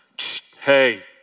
hey